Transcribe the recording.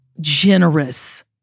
generous